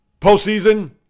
postseason